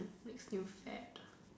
the next new fad